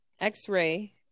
x-ray